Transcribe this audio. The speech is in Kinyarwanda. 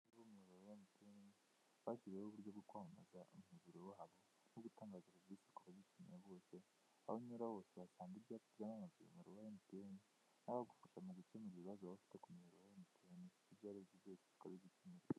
Aba mutu bashyiririyeho uburyo bwo kwamamaza umuzuro wabo wo gutanga serivisi ku babikeneye bose ahoyuraho ho basanga ibyatsi'amasuro b'gufasha mu gukemura ibibazo bafite ku miyoboho mute ibyo ari byiza byosekaba igikemura.